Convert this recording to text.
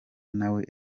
nawe